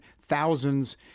Thousands